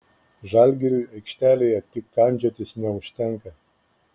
žalgiriui aikštelėje tik kandžiotis neužtenka